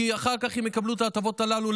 כי אחר כך הם יקבלו את ההטבות הללו,